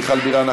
מיכל בירן,